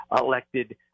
elected